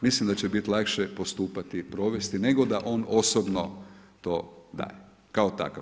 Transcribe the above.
Mislim da će bit lakše postupati i provesti nego da on osobno to da kao takav.